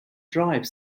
drive